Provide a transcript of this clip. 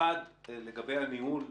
אחת לגבי הניהול,